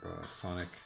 Sonic